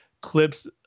clips